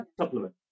supplement